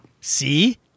See